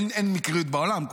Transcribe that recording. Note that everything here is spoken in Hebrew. אין מקריות בעולם,